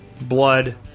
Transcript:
blood